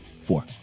Four